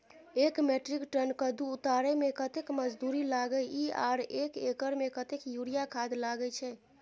एक metric tonne कद्दू उतारे में कतेक मजदूरी लागे इ आर एक एकर में कतेक यूरिया खाद लागे छै?